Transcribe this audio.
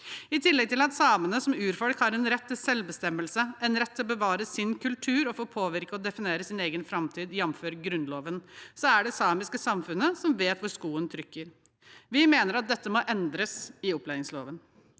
i tillegg til at samene som urfolk har en rett til selvbestemmelse og en rett til å bevare sin kultur og til å påvirke og definere sin egen framtid, jf. Grunnloven. Det er det samiske samfunnet som vet hvor skoen trykker. Vi mener at dette må endres i opplæringsloven.